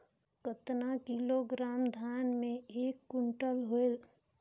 कतना किलोग्राम धान मे एक कुंटल होयल?